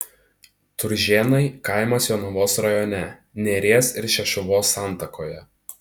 turžėnai kaimas jonavos rajone neries ir šešuvos santakoje